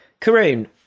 Karun